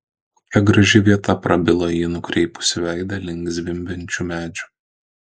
kokia graži vieta prabilo ji nukreipusi veidą link zvimbiančių medžių